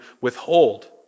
withhold